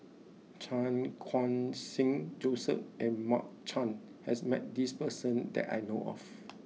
Chan Khun Sing Joseph and Mark Chan has met this person that I know of